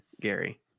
Gary